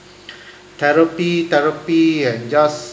therapy therapy and just